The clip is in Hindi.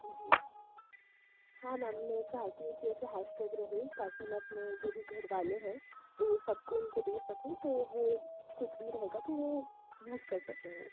जी हाँ मैम मैं चाहती हूँ कि ऐसे हैशटैग रहे ताकि मैं अपने जो भी घरवाले हैं तो वो सबको उनको दे सकूँ तो वह कुछ भी रहेगा तो वह यूज़ कर सकें वो